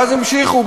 ואז המשיכו,